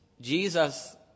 Jesus